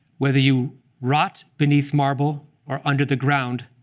whether you rot beneath marble or under the ground,